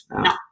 No